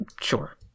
Sure